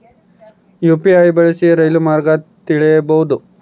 UPI ಬಳಸಿ ರೈಲು ಮಾರ್ಗ ತಿಳೇಬೋದ?